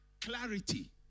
clarity